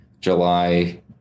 july